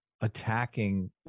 attacking